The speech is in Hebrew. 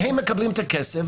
והם מקבלים את הכסף.